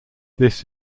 this